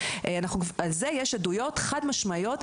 על זה יש עדויות חד משמעויות,